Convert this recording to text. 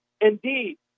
indeed